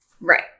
Right